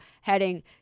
heading